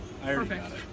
Perfect